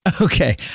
okay